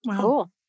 Cool